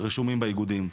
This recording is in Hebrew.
רשומים באיגודים.